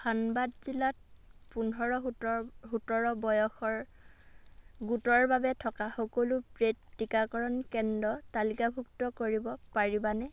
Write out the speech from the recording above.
ধনবাদ জিলাত পোন্ধৰ সোতৰ বয়সৰ গোটৰ বাবে থকা সকলো পেইড টীকাকৰণ কেন্দ্ৰ তালিকাভুক্ত কৰিব পাৰিবানে